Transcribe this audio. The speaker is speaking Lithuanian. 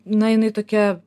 na jinai tokia